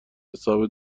حساب